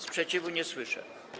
Sprzeciwu nie słyszę.